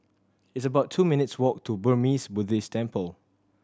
it's about two minutes' walk to Burmese Buddhist Temple